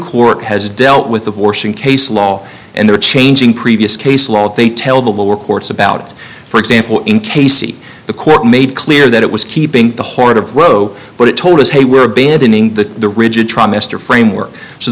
court has dealt with abortion case law and the changing previous case law they tell the lower courts about for example in casey the court made clear that it was keeping the heart of roe but it told us they were abandoning the rigid trimester framework so